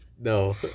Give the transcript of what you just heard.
no